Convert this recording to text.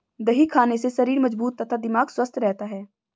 दही खाने से शरीर मजबूत तथा दिमाग स्वस्थ रहता है